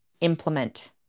implement